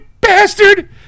bastard